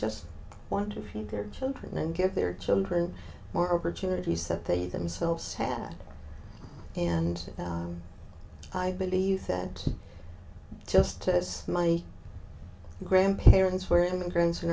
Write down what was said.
just want to feed their children and give their children more opportunities that they themselves had and i believe that just as my grandparents were immigrants in